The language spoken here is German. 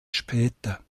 später